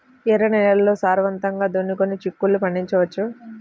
ఎర్ర నేలల్లో సారవంతంగా దున్నుకొని చిక్కుళ్ళు పండించవచ్చు